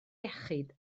iechyd